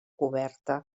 coberta